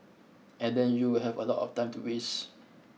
and then you will have a lot of time to waste